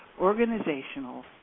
Organizational